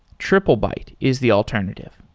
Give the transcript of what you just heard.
triplebyte is the alternative.